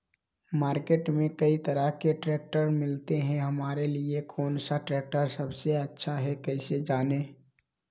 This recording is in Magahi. मार्केट में कई तरह के ट्रैक्टर मिलते हैं हमारे लिए कौन सा ट्रैक्टर सबसे अच्छा है कैसे जाने?